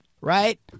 right